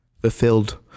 fulfilled